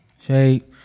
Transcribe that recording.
shake